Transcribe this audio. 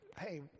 hey